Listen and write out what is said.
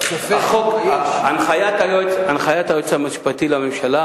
הנחיית היועץ המשפטי לממשלה,